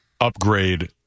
upgrade